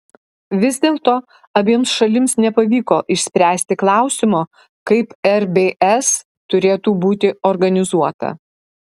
vis dėlto abiems šalims nepavyko išspręsti klausimo kaip rbs turėtų būti organizuota